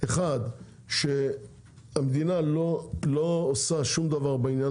אחד שהמדינה לא עושה שום דבר בעניין